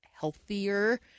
healthier